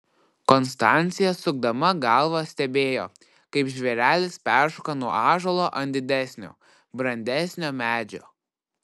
konstancija sukdama galvą stebėjo kaip žvėrelis peršoka nuo ąžuolo ant didesnio brandesnio medžio